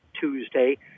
Tuesday